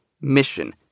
mission